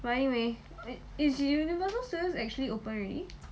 but anyway is the universal studios actually open already